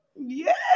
Yes